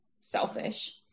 selfish